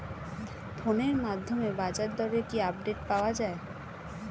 ফোনের মাধ্যমে বাজারদরের কি আপডেট পাওয়া যায়?